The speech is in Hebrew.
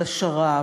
על השר"פ,